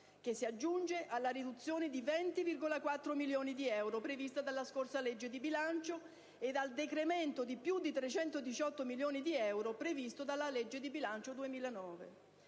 che si aggiunge alla riduzione di 20,4 milioni di euro prevista dalla scorsa legge di bilancio e al decremento di 318,8 milioni di euro previsto dalla legge di bilancio 2009.